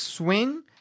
Swing